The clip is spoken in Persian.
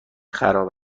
خراب